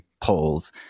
polls